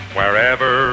Wherever